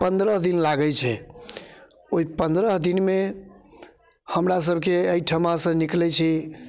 पन्द्रह दिन लागैत छै ओहि पन्द्रह दिनमे हमरासभके एहिठिमासँ निकलैत छी